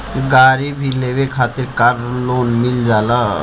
गाड़ी भी लेवे खातिर कार लोन मिल जाला